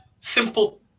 simple